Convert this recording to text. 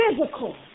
physical